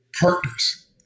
partners